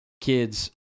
kids